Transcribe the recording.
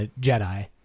Jedi